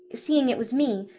seeing it was me,